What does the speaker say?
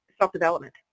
self-development